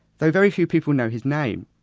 though very few people know his name.